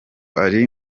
ari